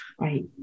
right